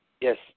Yes